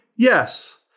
Yes